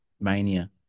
Mania